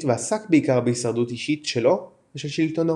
ועסק בעיקר בהישרדות אישית שלו ושל שלטונו,